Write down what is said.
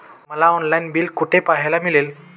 मला online bill कुठे पाहायला मिळेल?